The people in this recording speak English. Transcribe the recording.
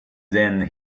then